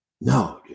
No